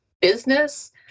business